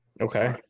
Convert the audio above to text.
Okay